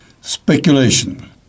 Speculation